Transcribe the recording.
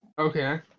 Okay